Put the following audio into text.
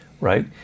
right